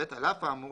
על אף האמור,